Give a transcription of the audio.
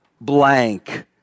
blank